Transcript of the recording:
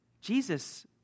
Jesus